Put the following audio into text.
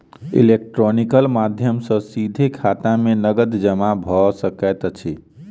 electronical माध्यम सॅ सीधे खाता में नकद जमा भ सकैत अछि